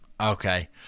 Okay